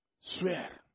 Swear